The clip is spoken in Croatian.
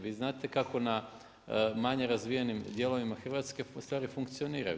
Vi znate kako na manje razvijenim dijelovima Hrvatske stvari funkcioniraju.